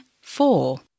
four